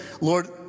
Lord